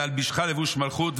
ואלבישך לבוש מלכות,